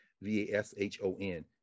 V-A-S-H-O-N